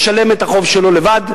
לשלם את החוב שלו לבד,